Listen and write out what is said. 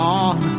on